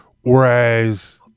whereas